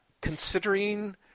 considering